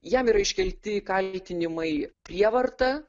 jam yra iškelti kaltinimai prievarta